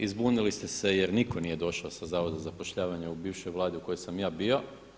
I zbunili ste se jer nitko nije došao sa zavoda za zapošljavanje u bivšoj Vladi u kojoj sam ja bio.